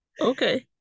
Okay